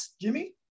Jimmy